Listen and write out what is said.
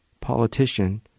politician